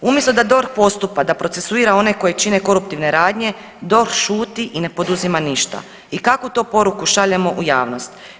Umjesto da DORH postupa, da procesuira one koji čine koruptivne radnje, DORH šuti i ne poduzima ništa i kakvu to poruku šaljemo u javnost.